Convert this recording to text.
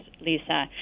Lisa